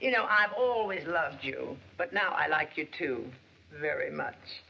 you know i've always loved you but now i like you too very much